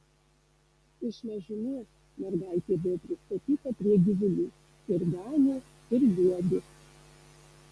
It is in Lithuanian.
iš mažumės mergaitė buvo pristatyta prie gyvulių ir ganė ir liuobė